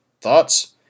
Thoughts